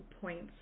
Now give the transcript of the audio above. points